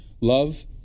Love